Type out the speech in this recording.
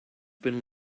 been